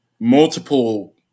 Multiple